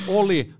oli